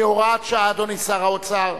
כהוראת שעה, אדוני שר האוצר.